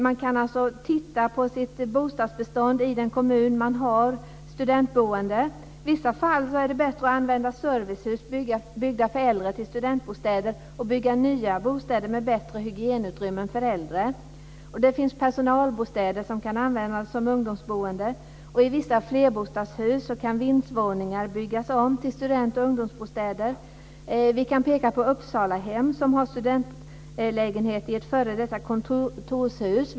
Man kan alltså titta på sitt bostadsbestånd i den kommun där man har studentboende. I visa fall är det bättre att använda servicehus byggda för äldre till studentbostäder och att bygga nya bostäder med bättre hygienutrymmen till de äldre. Det finns personalbostäder som kan användas som ungdomsboende. I Vi kan peka på Uppsalahem, som har studentlägenheter i ett f.d. kontorshus.